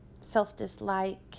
Self-dislike